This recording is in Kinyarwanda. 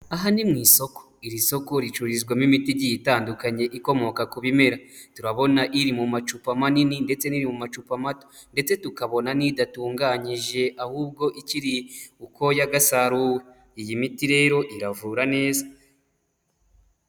Aha ni mu isoko, iri soko ricururizwamo imiti igiye itandukanye ikomoka ku bimera. Turabona iri mu macupa manini ndetse n'iri mu macupa mato, ndetse tukabona n'idatunganyije ahubwo ikiri uko yagasaruwe. Iyi miti rero iravura neza.